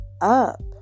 up